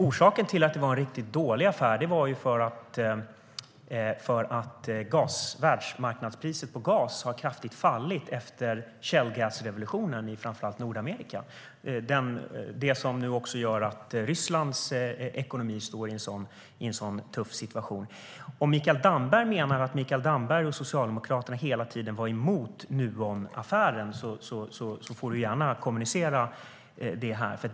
Orsaken till det är att världsmarknadspriset på gas kraftigt fallit efter skiffergasrevolutionen i framför allt Nordamerika. Det gör att också Rysslands ekonomi nu befinner sig i en mycket tuff situation. Om Mikael Damberg menar att han och Socialdemokraterna hela tiden var emot Nuonaffären får han gärna kommunicera detta här.